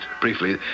briefly